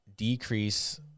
decrease